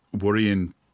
worrying